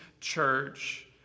church